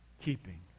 keeping